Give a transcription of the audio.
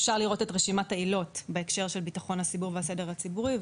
אפשר לראות את רשימת העילות בהקשר של ביטחון הציבור והסדר הציבורי.